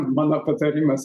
mano patarimas